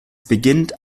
beginnt